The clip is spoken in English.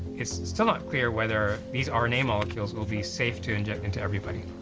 it's still not clear whether these ah rna molecules will be safe to inject into everybody.